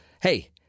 hey